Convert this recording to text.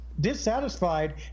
dissatisfied